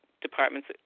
departments